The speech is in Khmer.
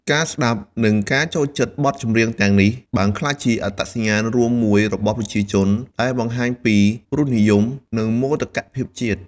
ការស្តាប់ និងការចូលចិត្តបទចម្រៀងទាំងនេះ បានក្លាយជា អត្តសញ្ញាណរួមមួយរបស់ប្រជាជន ដែលបង្ហាញពីរសនិយម និងមោទកភាពជាតិ។